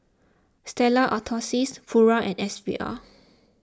Stella Artois Pura and S V R